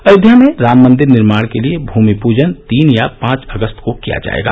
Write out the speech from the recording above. अयोध्या में राम मंदिर निर्माण के लिए भूमि पूजन तीन या पांच अगस्त को किया जाएगा